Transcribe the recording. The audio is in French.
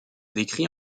décrits